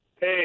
Hey